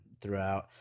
throughout